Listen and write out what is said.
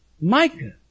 Micah